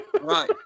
Right